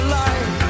life